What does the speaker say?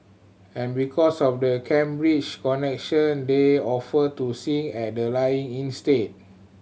and because of the Cambridge connection they offered to sing at the lying in state